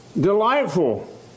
delightful